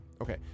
okay